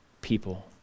people